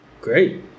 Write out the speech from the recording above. Great